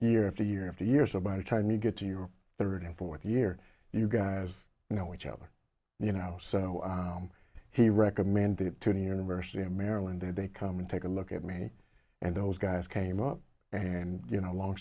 year after year after year so by the time you get to your third and fourth year you guys know each other you know so he recommended it to the university of maryland they come in take a look at me and those guys came up and you know long